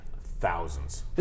thousands